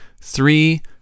three